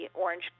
orange